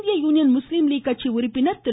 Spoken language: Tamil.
இந்திய யூனியன் முஸ்லீம் லீக் கட்சி உறுப்பினர் திரு